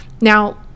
Now